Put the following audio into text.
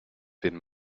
been